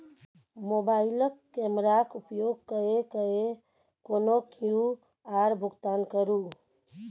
मोबाइलक कैमराक उपयोग कय कए कोनो क्यु.आर भुगतान करू